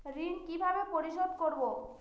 ঋণ কিভাবে পরিশোধ করব?